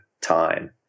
time